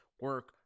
Work